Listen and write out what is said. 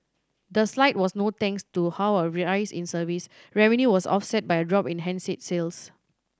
the slide was no thanks to how a in service revenue was offset by a drop in handset sales